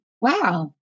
wow